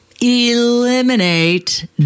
eliminate